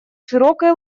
широкой